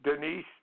Denise